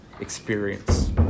experience